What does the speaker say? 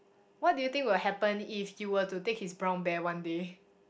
what do you think will happen if you were take to his brown bear one day